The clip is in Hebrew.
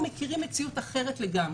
אנחנו מכירים מציאות אחרת לגמרי.